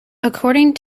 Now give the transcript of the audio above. according